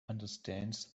understands